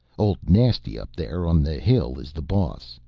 old nasty up there on the hill is the boss.